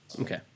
Okay